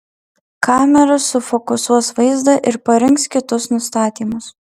kamera sufokusuos vaizdą ir parinks kitus nustatymus